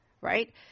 right